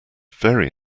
very